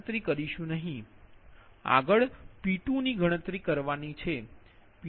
આગળ P2ની ગણતરી કરવાની છે